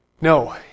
No